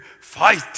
fight